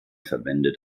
verwendet